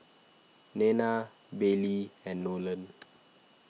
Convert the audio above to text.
Nena Baylie and Nolan